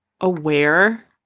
aware